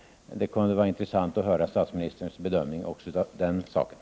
Det kunde vara intressant att höra statsministerns bedömning av den saken.